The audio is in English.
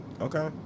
Okay